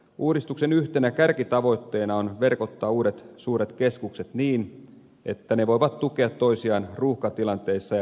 uudistuksen yhtenä kärkitavoitteena on verkottaa uudet suuret keskukset niin että ne voivat tukea toisiaan ruuhkatilanteissa ja poikkeusoloissa